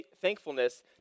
thankfulness